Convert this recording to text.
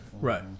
Right